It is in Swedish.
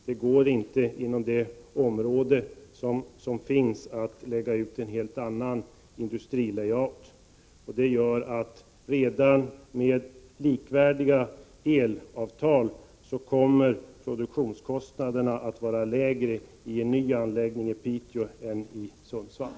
Det går inte att inom detta område lägga ut en helt annan industrilayout. Redan med likvärdiga elavtal kommer produktionskostnaderna att vara lägre i en ny anläggning i Piteå än i Sundsvall.